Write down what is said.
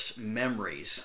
memories